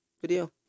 video